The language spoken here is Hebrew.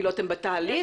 אתם בתהליך?